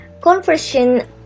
conversion